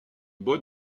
bon